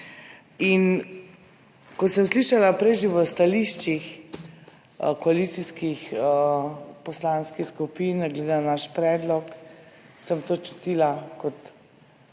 Ko sem slišala prej že v stališčih koalicijskih poslanskih skupin glede našega predloga, sem to čutila kot